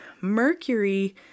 Mercury